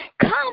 Come